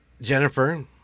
Jennifer